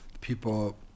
people